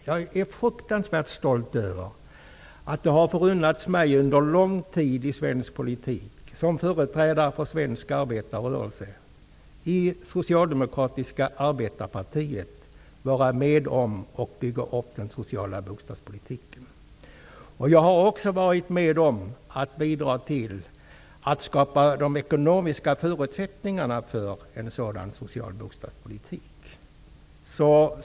Jag är fruktansvärt stolt över att det har förunnats mig under lång tid i svensk politik, som företrädare för svensk arbetarrörelse i Socialdemokratiska arbetarepartiet, att vara med om att bygga upp den sociala bostadspolitiken. Jag har också varit med om att bidra till att skapa de ekonomiska förutsättningarna för en sådan social bostadspolitik.